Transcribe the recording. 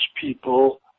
people